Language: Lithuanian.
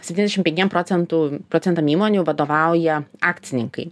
septyniasdešim penkiem procentų procentam įmonių vadovauja akcininkai